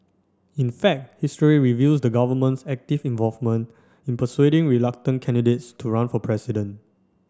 in fact history reveals the government's active involvement in persuading reluctant candidates to run for president